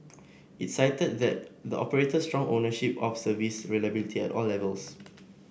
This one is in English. it cited that the operator's strong ownership of service reliability at all levels